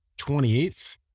28th